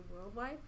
Worldwide